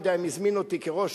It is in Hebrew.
אני לא יודע אם הוא הזמין אותי כראש